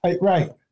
Right